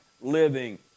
living